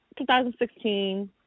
2016